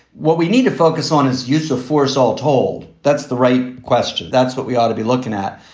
what we need to focus on his use of force. all told, that's the right question. that's what we ought to be looking at.